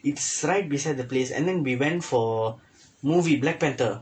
it's right beside the place and then we went for movie black panther